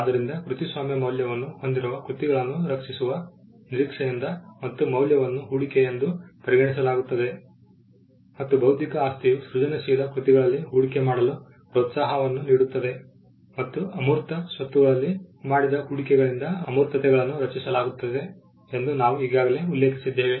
ಆದ್ದರಿಂದ ಕೃತಿಸ್ವಾಮ್ಯ ಮೌಲ್ಯವನ್ನು ಹೊಂದಿರುವ ಕೃತಿಗಳನ್ನು ರಕ್ಷಿಸುವ ನಿರೀಕ್ಷೆಯಿದೆ ಮತ್ತು ಮೌಲ್ಯವನ್ನು ಹೂಡಿಕೆಯೆಂದು ಪರಿಗಣಿಸಲಾಗುತ್ತದೆ ಮತ್ತು ಬೌದ್ಧಿಕ ಆಸ್ತಿಯು ಸೃಜನಶೀಲ ಕೃತಿಗಳಲ್ಲಿ ಹೂಡಿಕೆ ಮಾಡಲು ಪ್ರೋತ್ಸಾಹವನ್ನು ನೀಡುತ್ತದೆ ಮತ್ತು ಅಮೂರ್ತ ಸ್ವತ್ತುಗಳಲ್ಲಿ ಮಾಡಿದ ಹೂಡಿಕೆಗಳಿಂದ ಅಮೂರ್ತತೆಗಳನ್ನು ರಚಿಸಲಾಗುತ್ತದೆ ಎಂದು ನಾವು ಈಗಾಗಲೇ ಉಲ್ಲೇಖಿಸಿದ್ದೇವೆ